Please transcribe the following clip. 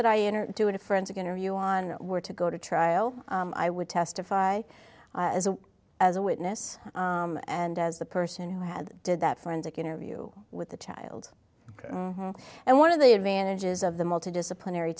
that i enter to in a forensic interview on were to go to trial i would testify as a as a witness and as the person who had did that forensic interview with the child and one of the advantages of the multidisciplinary